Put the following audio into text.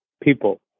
people